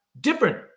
different